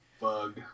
Bug